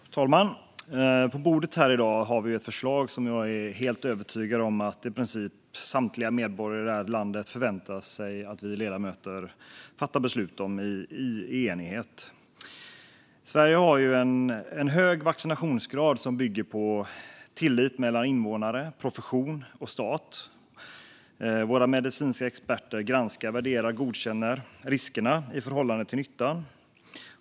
Fru talman! På bordet här i dag har vi ett förslag som jag är helt övertygad om att i princip samtliga medborgare i det här landet förväntar sig att vi ledamöter fattar beslut om i enighet. Sverige har en hög vaccinationsgrad som bygger på tillit mellan invånare, profession och stat. Våra medicinska experter granskar, värderar och godkänner riskerna i förhållande till nyttan.